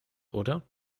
oder